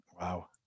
Wow